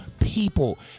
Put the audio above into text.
people